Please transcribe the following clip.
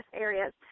areas